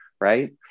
right